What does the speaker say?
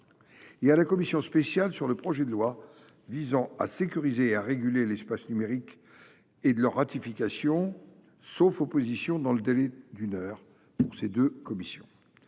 et à la commission spéciale sur le projet de loi visant à sécuriser et à réguler l’espace numérique, et de leur ratification, sauf opposition dans le délai d’une heure. Nous resterons